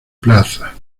plaza